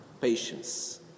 Patience